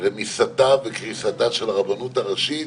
רמיסתה וקריסתה של הרבנות הראשית